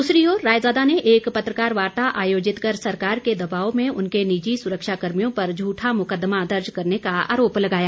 दूसरी ओर रायजादा ने एक पत्रकार वार्ता आयोजित कर सरकार के दबाव में उनके निजी सुरक्षा कर्मियों पर झूठा मुकदमा दर्ज करने का आरोप लगाया